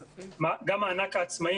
לא מדובר על כל התעשיות.